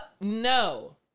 No